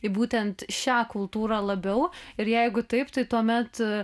į būtent šią kultūrą labiau ir jeigu taip tai tuomet